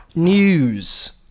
news